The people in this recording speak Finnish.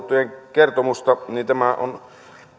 kertomusta niin tämä on